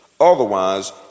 Otherwise